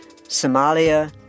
Somalia